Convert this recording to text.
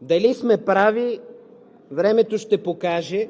Дали сме прави, времето ще покаже.